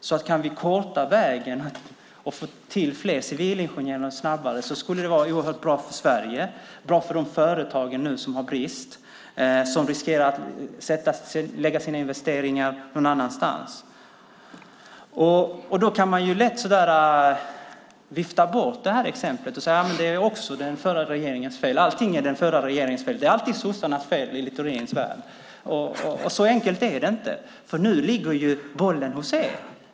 Om vi kan korta vägen och få fler civilingenjörer snabbare skulle det vara oerhört bra för Sverige och för de företag som nu har brist som riskerar att lägga sina investeringar någon annanstans. Man kan lätt vifta bort det här exemplet och säga att det också är den förra regeringens fel. Allting är den förra regeringens fel. Det är alltid sossarnas fel i Littorins värld. Så enkelt är det inte, för nu ligger ju bollen hos er.